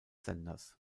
senders